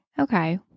okay